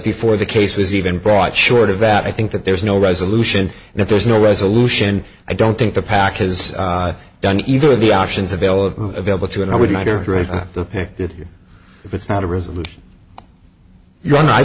before the case was even brought short of that i think that there's no resolution and if there's no resolution i don't think the pac has done either of the options available available to and i would wonder if it's not a result of your own i